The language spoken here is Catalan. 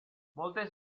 moltes